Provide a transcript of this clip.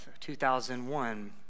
2001